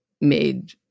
made